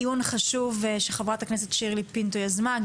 דיון חשוב שחברת הכנסת שירלי פינטו יזמה ,